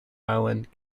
island